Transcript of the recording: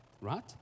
right